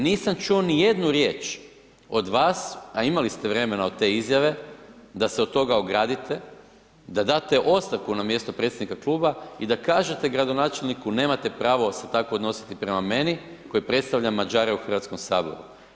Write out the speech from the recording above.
Nisam čuo nijednu riječ do vas a imali ste vremena od te izjave da se od toga ogradite, da date ostavku na mjestu predsjednik kluba i da kažete gradonačelniku nemate pravo se tako odnositi prema meni koji predstavljam Mađare u Hrvatskom saboru.